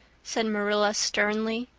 said marilla sternly.